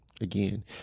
again